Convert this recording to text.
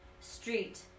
street